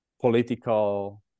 political